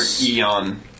Eon